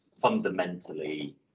fundamentally